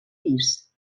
pis